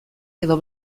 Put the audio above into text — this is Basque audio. edo